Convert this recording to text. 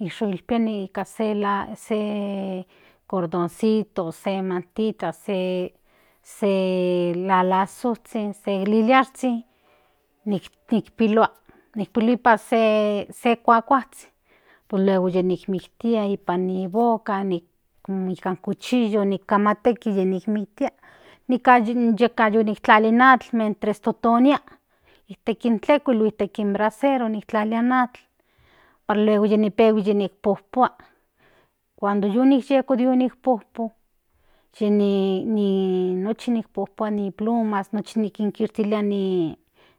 ishotelia nika se cordonsito se pialki se lalazoshin se lilia shkli nikpilua nipa se kuajkuazhin pues luego nijmiktia nika ni boca neka cuchillo ni camaktekis ni kimiktia nikan yeka yi niktlali in atl mintras totonia itek in tekuil nipan brasero niktlalilia atl huan luego yi ni pehui yi ni pojpua cuando yu niyeko de nijpojpu nochi ni pojpua ni pl as nikishtilia ni